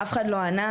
אף אחד לא ענה.